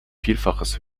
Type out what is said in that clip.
vielfaches